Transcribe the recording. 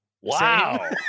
Wow